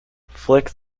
flick